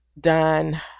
done